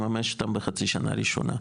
והם לא יכלו לממש אותם בחצי השנה הראשונה.